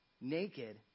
Naked